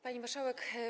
Pani Marszałek!